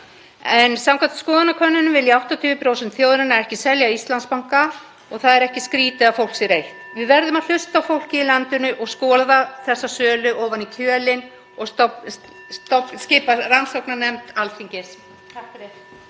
Samkvæmt skoðanakönnunum vilja 80% þjóðarinnar ekki selja Íslandsbanka og það er ekki skrýtið að fólk sé reitt. Við verðum að hlusta á fólkið í landinu og skoða þessa sölu ofan í kjölinn og skipa rannsóknarnefnd Alþingis. SPEECH_END